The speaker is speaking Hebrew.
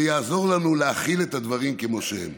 זה יעזור לנו להכיל את הדברים כמו שהם.